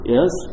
Yes